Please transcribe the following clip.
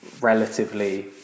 relatively